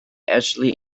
ashley